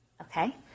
Okay